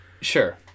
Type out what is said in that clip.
sure